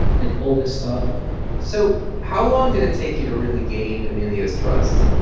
like all this stuff so how long did it take you to really gain emilio's trust?